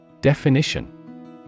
definition